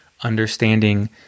understanding